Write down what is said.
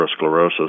atherosclerosis